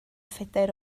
phedair